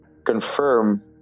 confirm